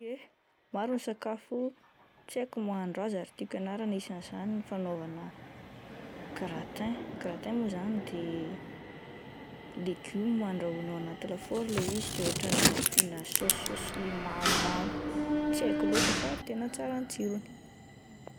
Ye, maro ny sakafo tsy haiko ny mahandro azy ary tiako hianarana isan'izany ny fanaovana gratin, gratin mo zany de legioma andrahoana anaty lafaoro ilay izy de otrany ampiana sôsisôsy maromaro tsy haiko loatra fa tena tsara ny tsirony.